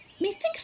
Methinks